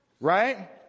right